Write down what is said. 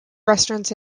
restaurants